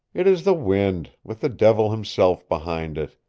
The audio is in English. it is the wind with the devil himself behind it!